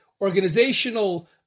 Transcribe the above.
organizational